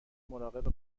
مراقب